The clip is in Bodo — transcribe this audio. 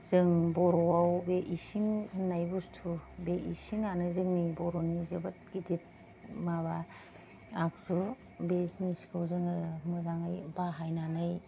जों बर'आव बे इसिं होननाय बुस्थु इसिंआनो जोंनि बर'नि जोबोत गिदित माबा आखु बे जिनिसखौ जोङो मोजाङै बाहायनानै